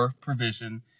provision